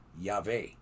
Yahweh